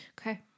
Okay